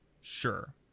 sure